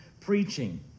preaching